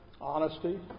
honesty